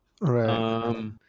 Right